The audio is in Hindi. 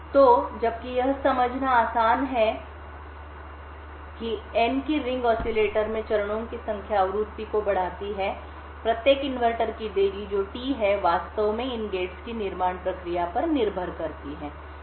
ओ जबकि यह समझना आसान है कि n कि रिंग ऑसिलेटर में चरणों की संख्या आवृत्ति को बढ़ाती है प्रत्येक इन्वर्टर की देरी जो टी है वास्तव में इन गेट्स की निर्माण प्रक्रिया पर निर्भर करती है